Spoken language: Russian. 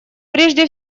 прежде